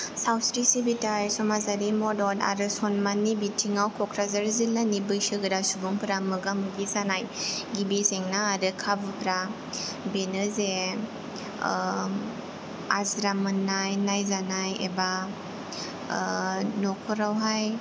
सावस्रि सिबिथाइ समाजारि मदद आरो सनमाननि बिथिङाव कक्राझार जिल्लानि बैसोगोरा सुबुंफोरा मोगा मोगि जानाय गिबि जेंना आरो खाबुफ्रा बेनो जे ओ आजिरा मोननाय नायजानाय एबा ओ न'खरावहाय